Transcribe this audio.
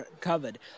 covered